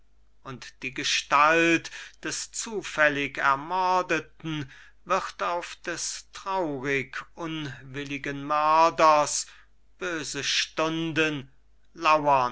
und die gestalt des zufällig ermordeten wird auf des traurig unwilligen mörders böse stunden